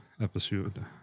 episode